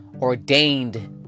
ordained